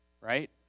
right